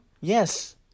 Yes